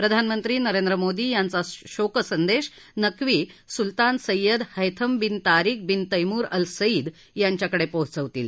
प्रधानमंत्री नरेंद्र मोदी यांचा शोकसंदेश Naqvi Sultan Sayyid Haitham bin Tariq bin Taimur Al Said यांच्याकडे पोचवतील